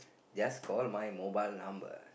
just call my mobile number